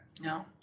No